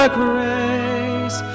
grace